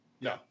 No